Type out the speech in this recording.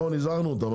הזהרנו אותם.